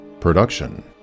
production